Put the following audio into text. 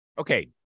Okay